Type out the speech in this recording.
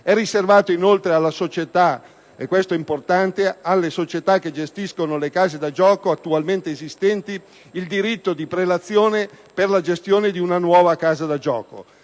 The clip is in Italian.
È riservato, inoltre, alle società - questo è importante - che gestiscono le case da gioco attualmente esistenti il diritto di prelazione per la gestione di una nuova casa da gioco.